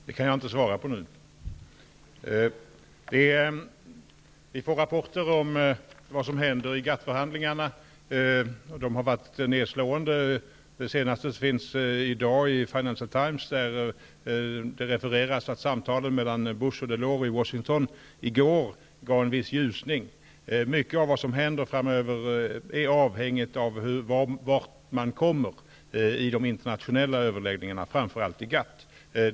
Fru talman! Det kan jag inte svara på nu. Vi får rapporter om vad som händer i GATT förhandlingarna, och de har varit nedslående. Det senaste finns omnämnt i Financial Times i dag där det refereras att samtalen mellan Bush och Delors i går i Washington gav en viss ljusning. Mycket av vad som händer framöver är avhängigt av hur långt man kommer i de internationella överläggningarna, framför allt inom GATT.